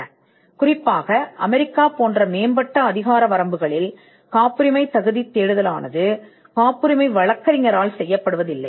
மாநாட்டின் மூலம் குறிப்பாக அமெரிக்கா போன்ற மேம்பட்ட அதிகார வரம்புகளில் காப்புரிமை தேடல் காப்புரிமை வழக்கறிஞரால் செய்யப்படவில்லை